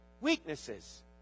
weaknesses